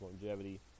longevity